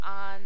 on